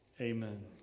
Amen